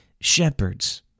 shepherds